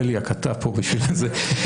בליאק, אתה פה בשביל זה.